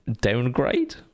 downgrade